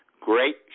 Great